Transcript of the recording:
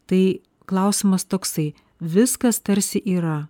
tai klausimas toksai viskas tarsi yra